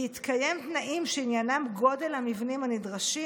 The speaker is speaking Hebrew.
בהתקיים תנאים שעניינם גודל המבנים הנדרשים,